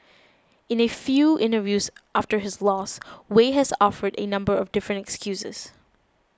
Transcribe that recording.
in a few interviews after his loss Wei has offered a number of different excuses